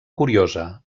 curiosa